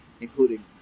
including